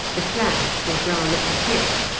the flags were brown at the tip,